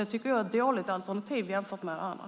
Det tycker jag är ett dåligt alternativ jämfört med det andra.